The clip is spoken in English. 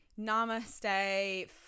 Namaste